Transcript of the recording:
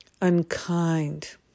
unkind